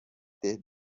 ter